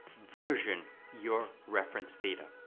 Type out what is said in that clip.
version your reference data.